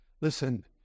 Listen